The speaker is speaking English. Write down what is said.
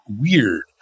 weird